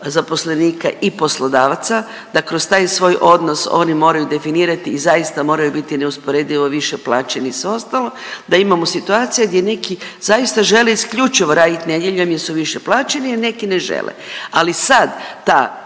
zaposlenika i poslodavaca, da kroz taj svoj odnos oni moraju definirati i zaista moraju biti neusporedivo više plaćeni i sve ostalo, da imamo situacije gdje neki zaista žele isključivo radit nedjeljom jer su više plaćeni, a neki ne žele, ali sad ta